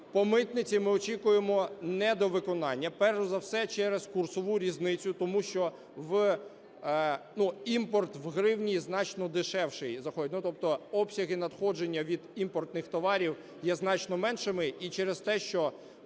По митниці ми очікуємо недовиконання перш за все через курсову різницю, тому що в... ну, імпорт в гривні значно дешевший заходить. Тобто обсяги надходження від імпортних товарів є значно меншими, і через те, що